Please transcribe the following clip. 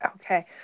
okay